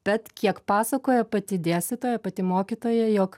bet kiek pasakoja pati dėstytoja pati mokytoja jog